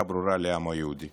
לעם היהודי